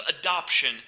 adoption